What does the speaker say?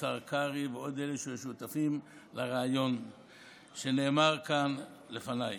השר קרעי ועוד אלה ששותפים לרעיון שנאמר כאן לפניי.